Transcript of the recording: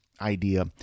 idea